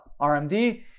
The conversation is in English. RMD